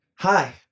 Hi